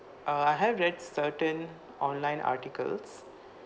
uh I have read certain online articles